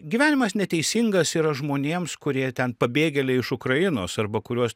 gyvenimas neteisingas yra žmonėms kurie ten pabėgėliai iš ukrainos arba kuriuos